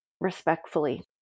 respectfully